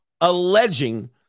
alleging